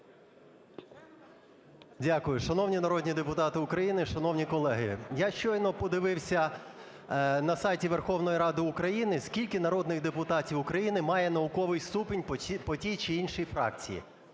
Дякую. Шановні народні депутати України, шановні колеги, я щойно подивився на сайті Верховної Ради України, скільки народних депутатів України має науковий ступінь по тій чи іншій фракції.